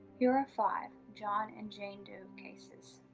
here are five john and jane doe cases.